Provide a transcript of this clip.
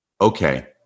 Okay